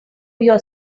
your